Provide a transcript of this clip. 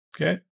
Okay